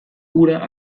ura